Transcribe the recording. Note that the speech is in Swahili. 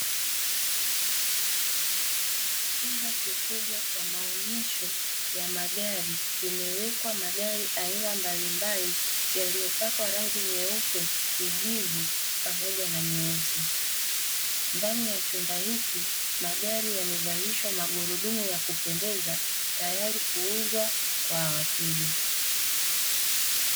Chumba kikubwa cha maonyesho ya magari kimewekwa magari aina mbalimbali yaliyopakwa rangi nyeupe, kijivu pamoja na nyeusi. Ndani ya chumba hiki magari yamevelishwa magurudumu ya kupendeza, tayari kuuzwa kwa wateja.